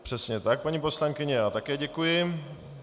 Přesně tak, paní poslankyně, já také děkuji.